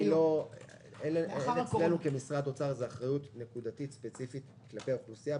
אין אצלנו כמשרד האוצר איזו אחריות נקודתית ספציפית כלפי האוכלוסייה.